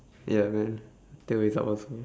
ya man tail is up also